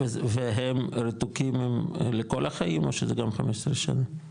והם רתוקים הם לכל החיים, או שזה גם 15 שנה?